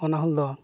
ᱚᱱᱟ ᱦᱩᱞ ᱫᱚ